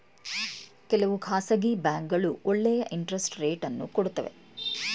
ಕೆಲವು ಖಾಸಗಿ ಬ್ಯಾಂಕ್ಗಳು ಒಳ್ಳೆಯ ಇಂಟರೆಸ್ಟ್ ರೇಟ್ ಅನ್ನು ಕೊಡುತ್ತವೆ